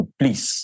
please